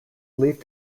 believed